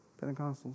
Pentecostals